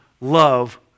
love